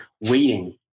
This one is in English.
waiting